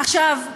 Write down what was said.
עכשיו,